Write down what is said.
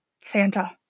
Santa